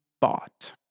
bought